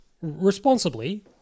responsibly